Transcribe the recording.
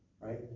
right